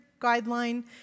guideline